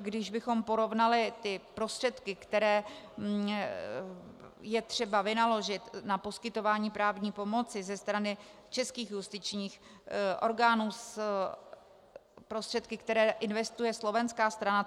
Kdybychom porovnali prostředky, které je třeba vynaložit na poskytování právní pomoci ze strany českých justičních orgánů, s prostředky, které investuje slovenská strana,